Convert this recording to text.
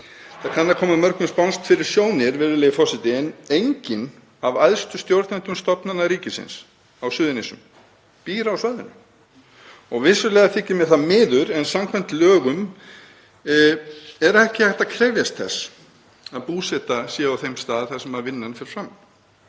Það kann að koma mörgum spánskt fyrir sjónir, virðulegi forseti, en enginn af æðstu stjórnendum stofnana ríkisins á Suðurnesjum býr á svæðinu. Vissulega þykir mér það miður en samkvæmt lögum er ekki hægt að krefjast þess að búseta sé á þeim stað þar sem vinnan fer fram.